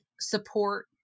support